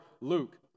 Luke